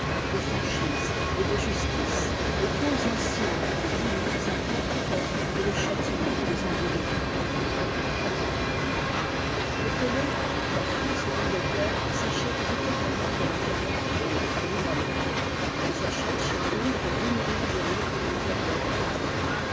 de franchise et de justice et cause ainsi en temps voulu sa propre perte et le châtiment des individus notez le la france et l'angleterre s'achètent littéralement de la terreur panique l'une à l'autre elles achètent chacune pour dix millions de livres de terreur par an